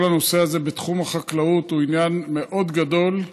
וכל הנושא הזה בתחום החקלאות הוא עניין מאוד גדול,